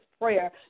prayer